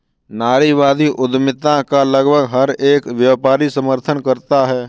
नारीवादी उद्यमिता का लगभग हर एक व्यापारी समर्थन करता है